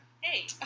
Hey